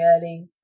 early